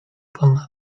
pana